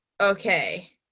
Okay